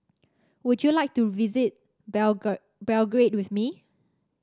would you like to visit Belgrade with me